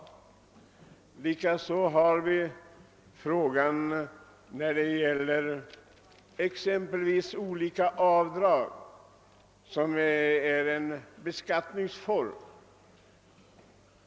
Samma sak gäller olika avdrag, som ju påverkar beskattningen.